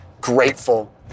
grateful